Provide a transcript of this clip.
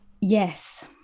Yes